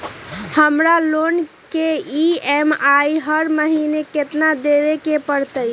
हमरा लोन के ई.एम.आई हर महिना केतना देबे के परतई?